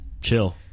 chill